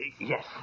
yes